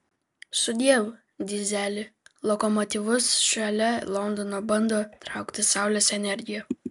sudiev dyzeli lokomotyvus šalia londono bando traukti saulės energija